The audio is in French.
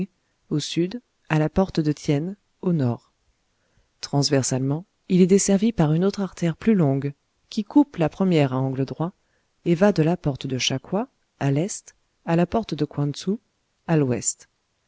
au sud à la porte de tien au nord transversalement il est desservi par une autre artère plus longue qui coupe la première à angle droit et va de la porte de cha coua à l'est à la porte de couan tsu à l'ouest